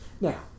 Now